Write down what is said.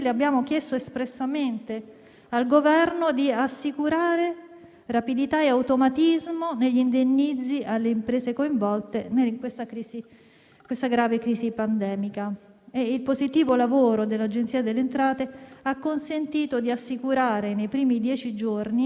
I dati ci dicono anche che sono stati rispettati i vincoli per assicurare un maggior gettito alle Regioni inserite subito in zona rossa, rispetto alle altre. Anche su questo, l'obiettivo di arrivare a risultati concreti in poco tempo si è realizzato.